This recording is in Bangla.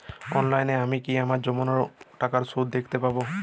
অনলাইনে আমি কি আমার জমানো টাকার সুদ দেখতে পবো?